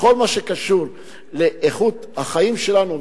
בכל מה שקשור לאיכות החיים שלנו,